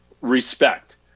respect